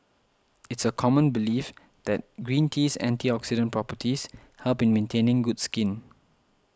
it's a common belief that green tea's antioxidant properties help in maintaining good skin